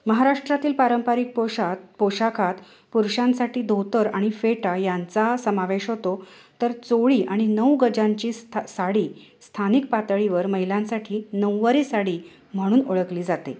महाराष्ट्रातील पारंपरिक पोषात पोशाखात पुरुषांसाठी धोतर आणि फेटा यांचा समावेश होतो तर चोळी आणि नऊ गजांची स्था साडी स्थानिक पातळीवर महिलांसाठी नऊवारी साडी म्हणून ओळखली जाते